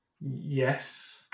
Yes